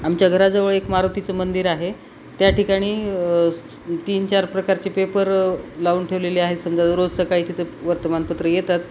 आमच्या घराजवळ एक मारुतीचं मंदिर आहे त्या ठिकाणी तीन चार प्रकारचे पेपर लावून ठेवलेले आहेत समजा रोज सकाळी तिथं वर्तमानपत्र येतात